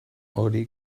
hori